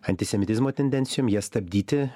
antisemitizmo tendencijom jas stabdyti